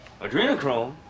Adrenochrome